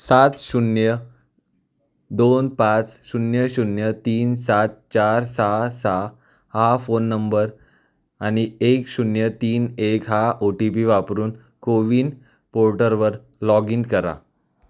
सात शून्य दोन पाच शून्य शून्य तीन सात चार सहा सहा हा फोन नंबर आणि एक शून्य तीन एक हा ओ टी पी वापरून कोविन पोर्टरवर लॉग इन करा